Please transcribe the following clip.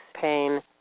pain